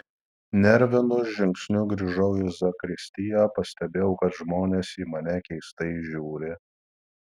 nervinu žingsniu grįžau į zakristiją pastebėjau kad žmonės į mane keistai žiūri